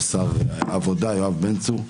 ושר העבודה יואב בן צור,